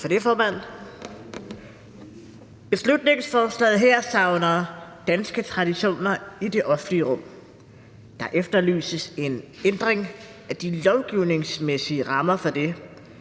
for det, formand. Beslutningsforslaget her savner danske traditioner i det offentlige rum. Der efterlyses en ændring af de lovgivningsmæssige rammer for det,